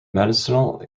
medicinal